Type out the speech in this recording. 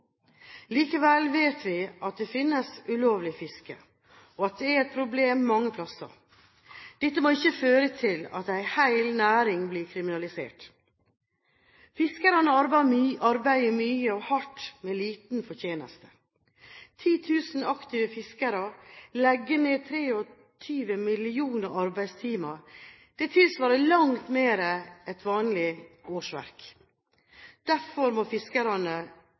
Likevel vet vi at det finnes ulovlig fiske, og at det er et problem mange plasser. Dette må ikke føre til at en hel næring blir kriminalisert. Fiskerne arbeider mye og hardt med liten fortjeneste. 10 000 aktive fiskere legger ned 23 millioner arbeidstimer – det tilsvarer langt mer enn vanlige årsverk. Derfor må